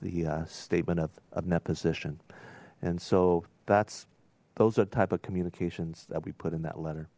the statement of net position and so that's those are type of communications that we put in that letter